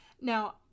now